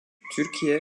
türkiye